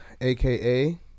aka